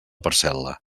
parcel·la